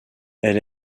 elle